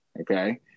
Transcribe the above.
Okay